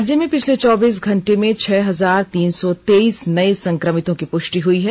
राज्य में पिछले चौबीस घंटे में छह हजार तीन सौ तेईस नए संक्रमितों की पुष्टि हुई है